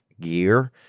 gear